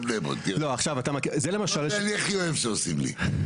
את זה אני הכי אוהב שעושים לי.